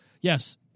Yes